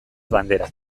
banderak